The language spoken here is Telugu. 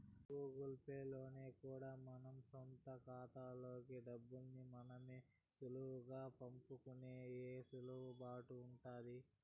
గూగుల్ పే లో కూడా మన సొంత కాతాల్లోకి డబ్బుల్ని మనమే సులువుగా పంపుకునే ఎసులుబాటు ఉండాది